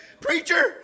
Preacher